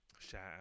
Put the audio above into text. shout